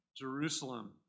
Jerusalem